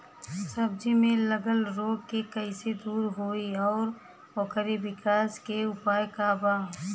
सब्जी में लगल रोग के कइसे दूर होयी और ओकरे विकास के उपाय का बा?